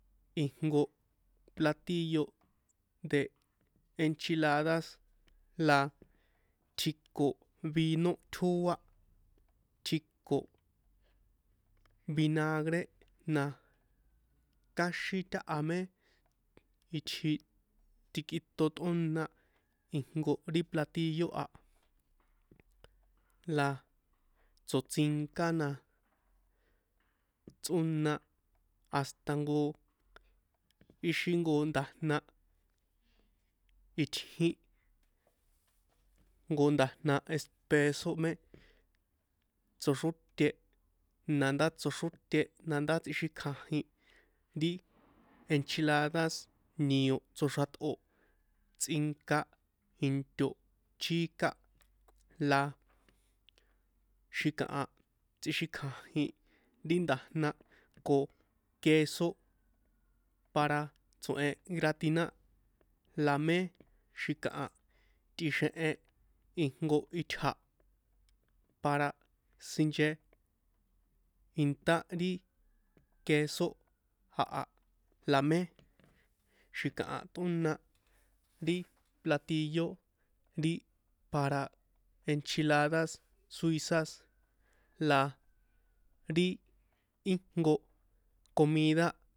Ijnko platillo de enchiladas la tjiko vino tjóá tjiko vinagre na káxin taha mé itji tikꞌiton tꞌóna ijnko ri platillo a la tsoṭsínka na tsꞌóna hasta jnko ixi jnko nda̱jna itjín jnko nda̱jna espeso mé tsoxróte nandá tsꞌikjajin ri enchiladas nio tsoxratꞌo tsꞌinka into chika la xi̱kaha tsꞌixikjanjin ri nda̱jna ko queso para tso̱hen gratinar la mé xi̱kaha tꞌixenhen ijnko itja̱ para sinche inta ri queso jaha la mé xi̱kaha tꞌóna ri platillo ri para enchladas suizas la ri íjnko comida.